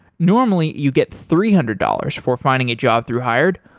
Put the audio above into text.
normally, you get three hundred dollars for finding a job through hired,